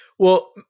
Well-